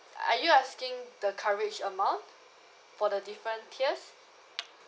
are you asking the coverage amount for the different tiers